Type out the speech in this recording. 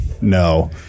No